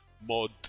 mod